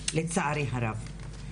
לצערי הרב.